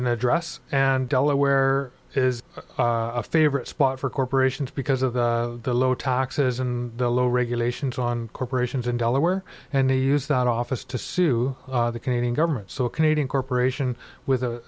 an address and delaware is a favorite spot for corporations because of the low taxes and low regulations on corporations in delaware and they use that office to sue the canadian government so a canadian corporation with a